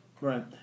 Right